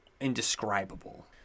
indescribable